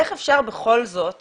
איך אפשר בכל זאת